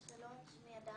הדר: שלום, שמי הדר,